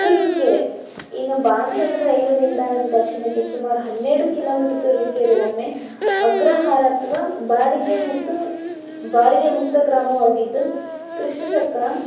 ತುರುವೇಕೆರೆ ಇನ್ನು ಬಾಣಸಂದ್ರ ರೈಲು ನಿಲ್ದಾಣದ ದಕ್ಷಿಣಕ್ಕೆ ಸುಮಾರು ಹನ್ನೆರಡು ಕಿಲೋಮೀಟರ್ ತುರುವೇಕೆರೆ ಒಮ್ಮೆ ಅಗ್ರಹಾರ ಅಥವಾ ಬಾಡಿಗೆ ಮತ್ತು ಬಾಡಿಗೆ ಮುಕ್ತ ಗ್ರಾಮವಾಗಿದ್ದು ಕ್ರಿಸ್ತ ಶಕ